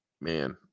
man